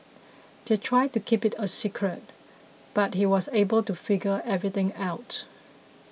they tried to keep it a secret but he was able to figure everything out